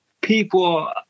people